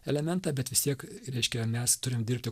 elementą bet vis tiek reiškia mes turim dirbti